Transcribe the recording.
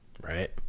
right